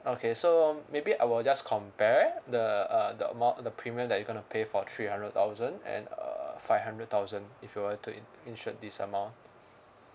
okay so um maybe I will just compare the uh the amount the premium that you're going to pay for three hundred thousand and uh five hundred thousand if you were to in~ insured this amount